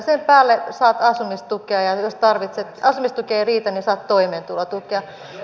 sen päälle saat asumistukea ja jos asumistuki ei riitä niin saat toimeentulotukea